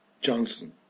johnson